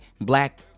black